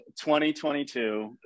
2022